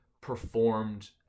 performed